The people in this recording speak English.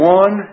one